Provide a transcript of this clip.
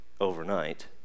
overnight